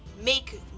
make